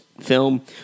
film